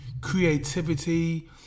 creativity